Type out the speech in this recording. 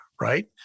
right